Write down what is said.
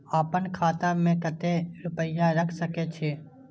आपन खाता में केते रूपया रख सके छी?